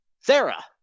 Sarah